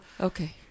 Okay